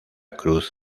cruz